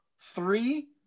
three